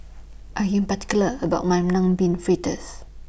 I Am particular about My Mung Bean Fritters